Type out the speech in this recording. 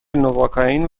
نواکائین